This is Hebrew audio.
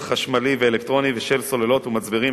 חשמלי ואלקטרוני ושל סוללות ומצברים,